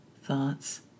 thoughts